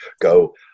go